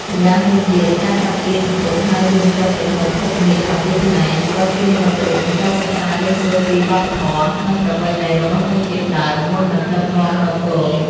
ម្យ៉ាងវិញទៀត ការចាប់ជាយសំពត់ហើយយាងចុះទៅក្នុងភពនាគ ៧ ថ្ងៃ ក៏ជានិមិត្តរូបនៃការសិក្សារៀនសូត្រពីវប្បធម៌ និងប្រពៃណីរបស់ជនជាតិដើម មុននឹងដឹកនាំនគរ។